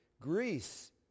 Greece